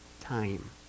time